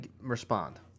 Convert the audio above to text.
respond